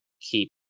keep